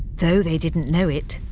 though they didn't know it,